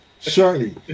shortly